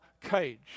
cage